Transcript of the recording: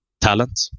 talent